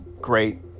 great